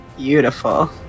Beautiful